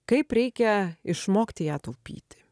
kaip reikia išmokti ją taupyti